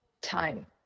time